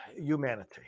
humanity